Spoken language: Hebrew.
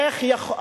איפה יש?